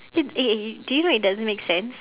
eh eh do you know it doesn't make sense